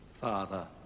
Father